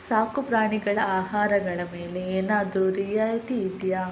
ಸಾಕುಪ್ರಾಣಿಗಳ ಆಹಾರಗಳ ಮೇಲೆ ಏನಾದರೂ ರಿಯಾಯಿತಿ ಇದೆಯಾ